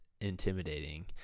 intimidating